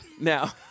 Now